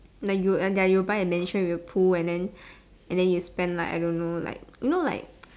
then you and that you'll buy a mansion with a pool and then you spend like I don't know like you know like